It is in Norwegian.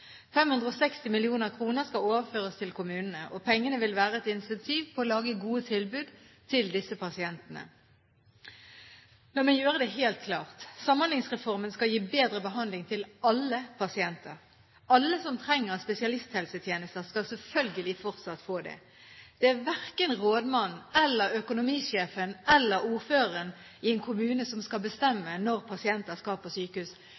560 mill. kr skal overføres til kommunene. Pengene vil være et incentiv til å lage gode tilbud til disse pasientene. La meg gjøre det helt klart: Samhandlingsreformen skal gi bedre behandling til alle pasienter. Alle som trenger spesialisthelsetjenester, skal selvfølgelig fortsatt få det. Det er verken rådmannen eller økonomisjefen eller ordføreren i en kommune som bestemmer når pasienter skal på sykehus.